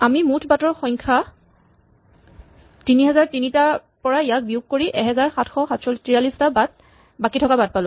আমি মুঠ বাটৰ সংখ্যা ৩০০৩ ৰ পৰা ইয়াক বিয়োগ কৰি ১৭৪৩ টা বাকী থকা বাট পালো